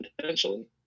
potentially